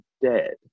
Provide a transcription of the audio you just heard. dead